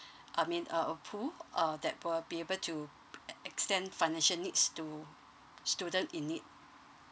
I mean a a pool uh they will be able to extend financial needs to student in need